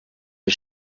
mes